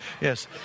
Yes